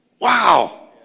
Wow